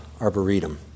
Arboretum